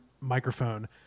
microphone